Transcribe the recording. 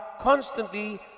constantly